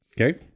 Okay